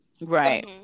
right